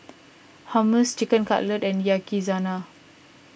Hummus Chicken Cutlet and